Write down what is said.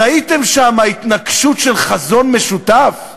ראיתם שם חזון משותף?